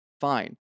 Fine